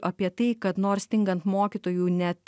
apie tai kad nors stingant mokytojų net